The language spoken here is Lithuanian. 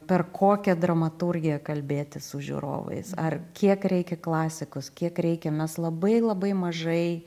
per kokią dramaturgiją kalbėti su žiūrovais ar kiek reikia klasikos kiek reikia mes labai labai mažai